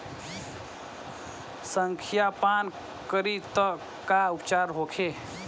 संखिया पान करी त का उपचार होखे?